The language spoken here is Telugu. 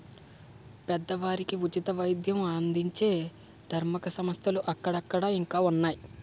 పేదవారికి ఉచిత వైద్యం అందించే ధార్మిక సంస్థలు అక్కడక్కడ ఇంకా ఉన్నాయి